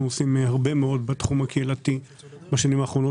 עושים הרבה מאוד בתחום הקהילתי בשנים האחרונות,